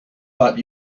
but